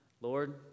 Lord